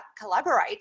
collaborate